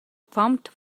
pumped